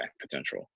potential